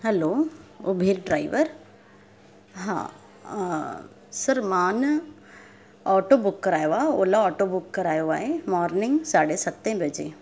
hello Uber driver हा अ अ सर मां न ऑटो बुक करायो आहे ओला ऑटो बुक करायो आहे मोरनिंग साढे सते बजे